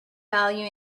value